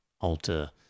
alter